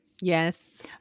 Yes